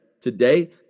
today